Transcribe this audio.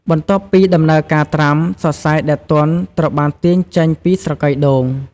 បន្ទាប់ពីដំណើរការត្រាំ សរសៃដែលទន់ត្រូវបានទាញចេញពីស្រកីដូង។